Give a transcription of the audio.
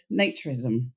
naturism